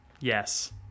Yes